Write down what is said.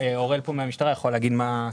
אוראל מהמטרה יוכל להרחיב על התוכנית.